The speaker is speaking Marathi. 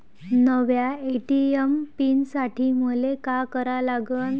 नव्या ए.टी.एम पीन साठी मले का करा लागन?